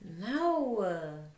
No